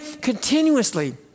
continuously